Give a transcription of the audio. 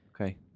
Okay